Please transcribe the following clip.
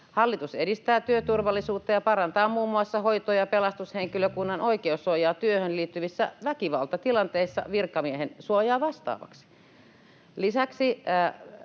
”Hallitus edistää työturvallisuutta ja parantaa muun muassa hoito- ja pelastushenkilökunnan oikeussuojaa työhön liittyvissä väkivaltatilanteissa virkamiehen suojaa vastaavaksi.” Lisäksi